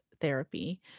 therapy